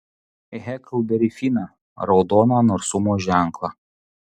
heklberį finą raudoną narsumo ženklą